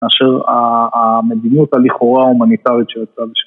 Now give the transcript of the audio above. ‫מאשר המדיניות הלכאורה הומניטרית ‫שהיא עושה בשבילה.